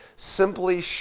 simply